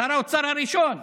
שר האוצר הראשון,